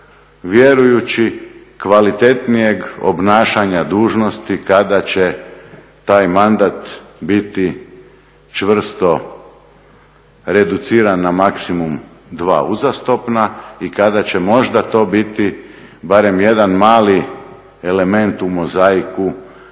vjerujući kvalitetnijeg obnašanja dužnosti kada će taj mandat biti čvrsto reduciran na maksimum dva uzastopna i kada će možda to biti barem jedan mali element u mozaiku